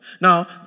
Now